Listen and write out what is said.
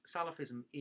Salafism